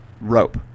rope